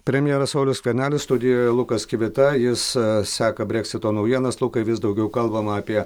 premjeras saulius skvernelis studijoje lukas kivita jis seka breksito naujienas lukai vis daugiau kalbama apie